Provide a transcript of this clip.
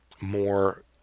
more